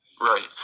Right